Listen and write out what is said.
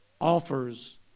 offers